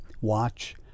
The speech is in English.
watch